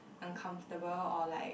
uncomfortable or like